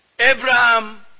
Abraham